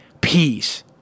peace